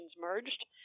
merged